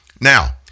Now